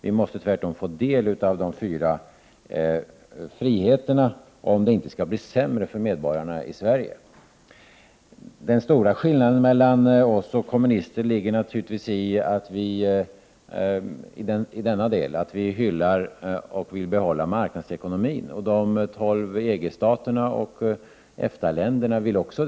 Vi måste tvärtom få del av de fyra friheterna om det inte skall bli sämre för medborgarna i Sverige. Den stora skillnaden mellan folkpartiet och kommunisterna i denna del ligger naturligtvis i att vi hyllar och vill behålla marknadsekonomin, vilket de tolv EG-staterna och EFTA-länderna också vill.